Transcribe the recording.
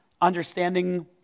understanding